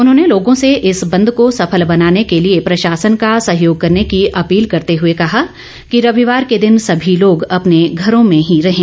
उन्होंने लोगों से इस बंद को सफल बनाने के लिए प्रशासन का सहयोग करने की अपील करते हुए कहा कि रविवार के दिन सभी लोग अपने घरों में ही रहें